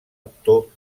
actor